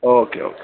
okay okay